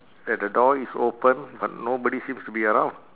that the door is open but nobody seems to be around